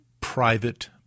private